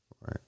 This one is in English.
Right